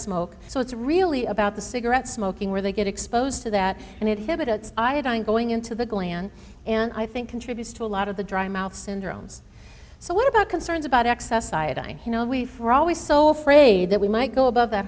smoke so it's really about the cigarette smoking where they get exposed to that and it hits iodine going into the gland and i think contributes to a lot of the dry mouth syndromes so what about concerns about excess iodine you know we were always so afraid that we might go above